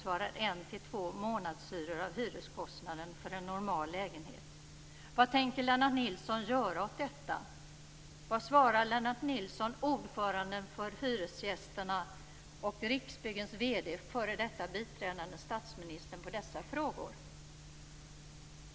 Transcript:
Vad svarar Lennart Nilsson ordföranden för Hyresgästerna och Riksbyggens VD, f.d. biträdande statsministern på dessa frågor?